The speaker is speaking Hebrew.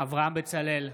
אברהם בצלאל,